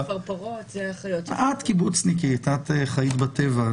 את קיבוצניקית, את חיית בטבע.